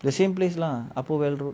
the same place lah upper well road